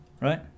Right